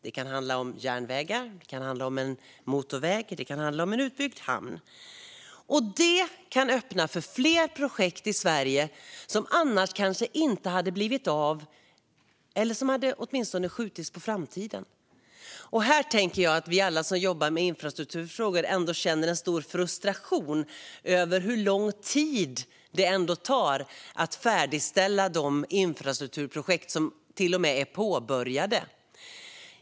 Det kan handla om järnvägar, en motorväg eller en utbyggd hamn. Det kan öppna för fler projekt i Sverige som annars kanske inte hade blivit av eller som åtminstone hade skjutits på framtiden. Här tänker jag att vi alla som jobbar med infrastrukturfrågor känner en stor frustration över hur lång tid det ändå tar att färdigställa de infrastrukturprojekt som till och med är påbörjade.